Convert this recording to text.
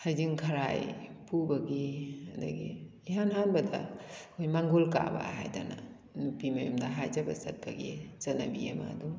ꯍꯩꯖꯤꯡ ꯈꯔꯥꯏ ꯄꯨꯕꯒꯤ ꯑꯗꯒꯤ ꯏꯍꯥꯟ ꯍꯥꯟꯕꯗ ꯑꯩꯈꯣꯏ ꯃꯥꯡꯒꯣꯜ ꯀꯥꯕ ꯍꯥꯏꯗꯅ ꯅꯨꯄꯤ ꯃꯌꯨꯝꯗ ꯍꯥꯏꯖꯕ ꯆꯠꯄꯒꯤ ꯆꯠꯅꯕꯤ ꯑꯃ ꯑꯗꯨꯝ